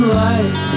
life